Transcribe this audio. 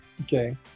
okay